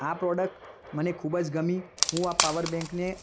આ પ્રોડક્ટ મને ખૂબ જ ગમી હું આ પાવર બેંકને